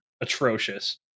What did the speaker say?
atrocious